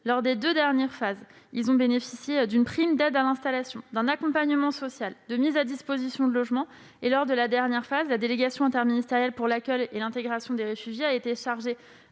Lors des deux dernières phases, ces personnes ont bénéficié d'une prime d'aide à l'installation, d'un accompagnement social, de la mise à disposition de logements. Lors de la dernière phase, la délégation interministérielle pour l'accueil et l'intégration des réfugiés a été chargée